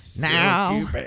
Now